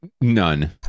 None